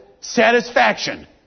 satisfaction